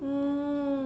mm